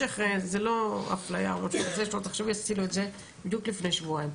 זו לא אפליה, עשינו את זה בדיוק לפני שבועיים.